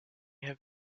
have